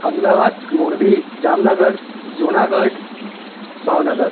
Ahmedabad Morbi Jamnagar Junagadh Bhavnagar